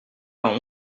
pas